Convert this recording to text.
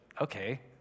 okay